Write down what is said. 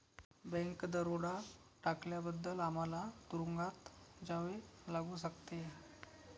bank दरोडा टाकल्याबद्दल आम्हाला तुरूंगात जावे लागू शकते